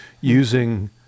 using